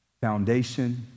foundation